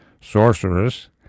sorceress